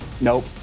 Nope